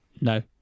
No